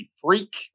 freak